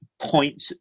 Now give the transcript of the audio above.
point